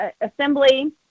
assembly